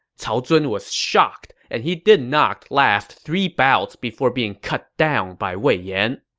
cao zun was shocked, and he did not last three bouts before being cut down by wei yan.